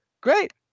great